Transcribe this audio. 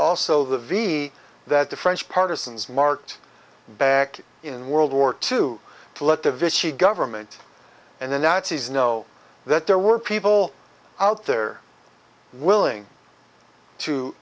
also the v that the french partisans marked back in world war two to let the vishy government and the nazis know that there were people out there willing to